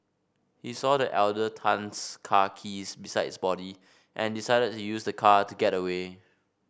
he saw the elder Tan's car keys beside his body and decided to use the car to get away